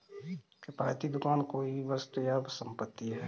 किफ़ायती दुकान कोई भी वस्तु या संपत्ति है